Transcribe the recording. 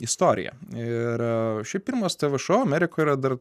istorija ir šiaip pirmas tv šou amerikoj yra dar